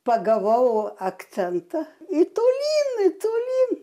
pagavau akcentą i tolyn i tolyn